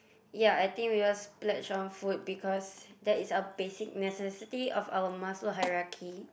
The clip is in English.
ya I think we all splurge on food because that is a basic necessity of our Maslow hierarchy